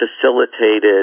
facilitated